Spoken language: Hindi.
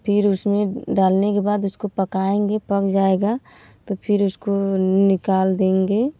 फिर उसमें डालने के बाद उसको पकाएँगे पक जाएगा तो फिर उसको निकाल देंगे